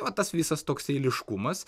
o tas visas toks eiliškumas